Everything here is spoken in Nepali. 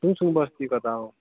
तुङसुङ बस्ती कता हो